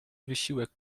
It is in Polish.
wysiłek